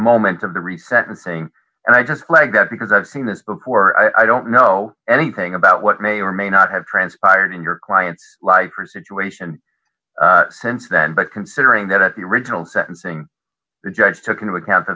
moment of the reset and saying and i just like that because i've seen this before i don't know anything about what may or may not have transpired in your client's life or situation since then but considering that the original sentencing the judge took into account